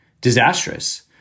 disastrous